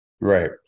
right